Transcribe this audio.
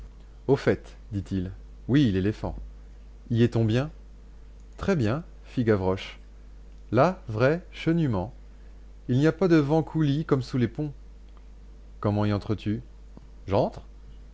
au fait dit-il oui l'éléphant y est-on bien très bien fit gavroche là vrai chenûment il n'y a pas de vents coulis comme sous les ponts comment y entres tu j'entre